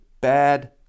bad